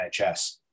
NHS